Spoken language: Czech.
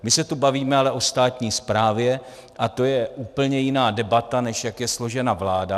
My se tu bavíme ale o státní správě a to je úplně jiná debata, než jak je složena vláda.